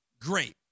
great